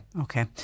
okay